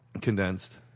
Condensed